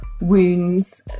wounds